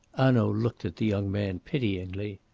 hanaud looked at the young man pityingly.